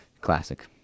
Classic